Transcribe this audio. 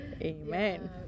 Amen